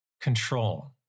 control